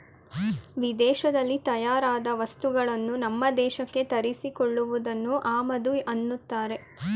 ವಿದೇಶದಲ್ಲಿ ತಯಾರಾದ ವಸ್ತುಗಳನ್ನು ನಮ್ಮ ದೇಶಕ್ಕೆ ತರಿಸಿ ಕೊಳ್ಳುವುದನ್ನು ಆಮದು ಅನ್ನತ್ತಾರೆ